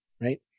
right